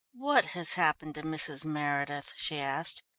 what has happened to mrs. meredith? she asked.